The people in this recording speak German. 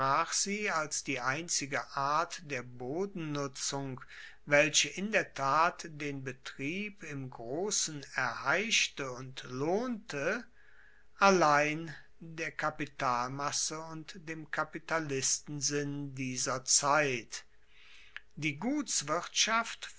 als die einzige art der bodennutzung welche in der tat den betrieb im grossen erheischte und lohnte allein der kapitalienmasse und dem kapitalistensinn dieser zeit die